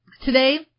Today